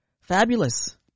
fabulous